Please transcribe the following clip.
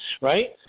right